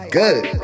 good